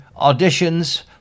auditions